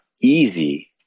easy